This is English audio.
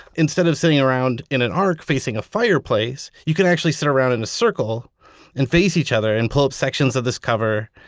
instead of sitting around in an arc facing a fireplace, you can actually sit around in a circle and face each other and pull up sections of this cover,